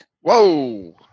Whoa